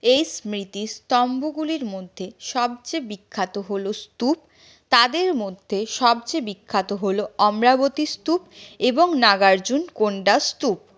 এই স্মৃতিস্তম্ভগুলির মধ্যে সবচেয়ে বিখ্যাত হল স্তূপ তাদের মধ্যে সবচেয়ে বিখ্যাত হল অমরাবতী স্তূপ এবং নাগার্জুনকোন্ডা স্তূপ